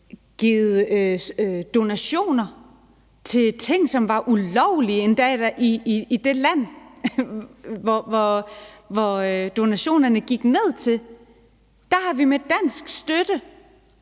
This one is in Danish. givet donationer til ting, som var ulovlige, endda i det land, som donationerne gik til. Der har vi med dansk støtte